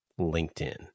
LinkedIn